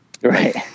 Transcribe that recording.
right